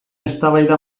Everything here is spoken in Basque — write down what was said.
eztabaida